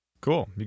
Cool